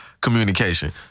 communication